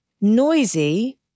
noisy